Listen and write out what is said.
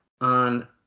on